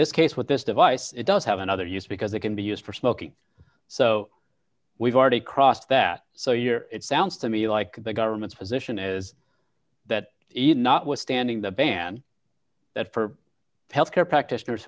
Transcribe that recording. this case what this device it does have another use because it can be used for smoking so we've already crossed that so you're it sounds to me like the government's position is that even notwithstanding the ban that for health care practitioners